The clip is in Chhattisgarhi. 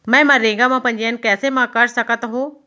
मैं मनरेगा म पंजीयन कैसे म कर सकत हो?